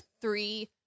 three